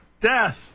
death